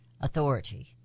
authority